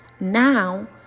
Now